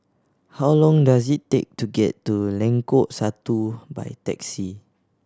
how long does it take to get to Lengkok Satu by taxi